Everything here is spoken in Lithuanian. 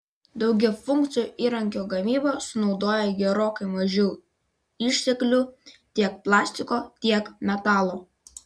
daugiafunkcio įrankio gamyba sunaudoja gerokai mažiau išteklių tiek plastiko tiek metalo